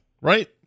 Right